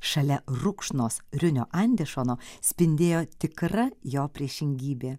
šalia rukšnos riunio andešono spindėjo tikra jo priešingybė